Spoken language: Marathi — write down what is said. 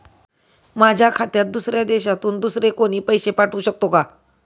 माझ्या खात्यात दुसऱ्या देशातून दुसरे कोणी पैसे पाठवू शकतो का?